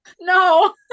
No